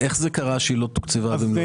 איך קרה שהיא לא תוקצבה במלואה?